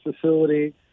facility